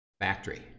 factory